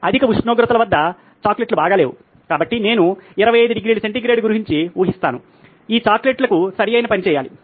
అధిక ఉష్ణోగ్రతల వద్ద చాక్లెట్లు బాగా లేవు కాబట్టి నేను 25 డిగ్రీల సెంటిగ్రేడ్ గురించి ఊహిస్తాను ఈ చాక్లెట్లకు సరైన పని చేయాలి